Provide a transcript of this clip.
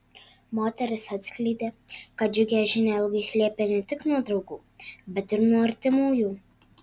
moteris atskleidė kad džiugią žinią ilgai slėpė ne tik nuo draugų bet ir nuo artimųjų